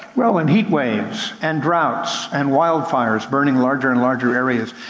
well, when heat waves, and droughts, and wild fires burning larger and larger areas.